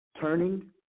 turning